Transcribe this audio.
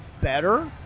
better